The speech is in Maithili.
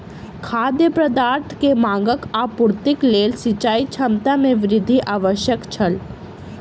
खाद्य पदार्थ के मांगक आपूर्तिक लेल सिचाई क्षमता में वृद्धि आवश्यक छल